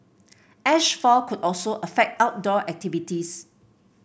ash fall could also affect outdoor activities